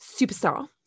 superstar